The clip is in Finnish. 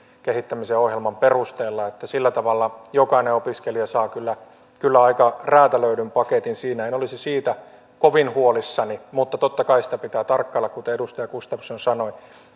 kehittämisen ohjelman perusteella sillä tavalla jokainen opiskelija saa kyllä kyllä aika räätälöidyn paketin siinä en olisi siitä kovin huolissani mutta totta kai sitä pitää tarkkailla kuten edustaja gustafsson sanoi